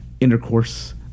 intercourse